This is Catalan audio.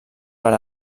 per